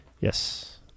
Yes